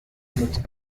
mit